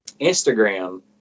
instagram